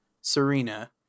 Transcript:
Serena